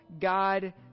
God